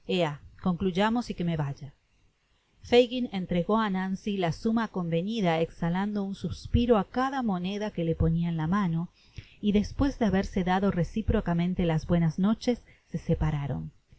concluyamos y que me vaya fagin entregó á nancy la suma convenida exhalando un suspiro á cada moneda que le ponia en la mano y despues de haberse dado reciprocamente las buenas noches se separaron